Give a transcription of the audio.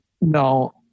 No